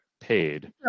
paid